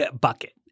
bucket